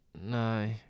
No